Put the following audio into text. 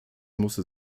musste